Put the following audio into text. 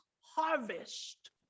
harvest